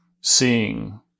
seeing